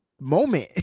moment